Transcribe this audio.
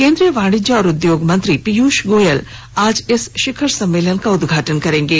केंद्रीय वाणिज्य और उद्योग मंत्री पीयूष गोयल आज इस शिखर सम्मेलन का उदघाटन करेंगे